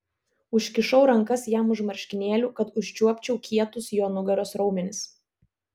užkišau rankas jam už marškinėlių kad užčiuopčiau kietus jo nugaros raumenis